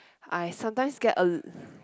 I sometimes get a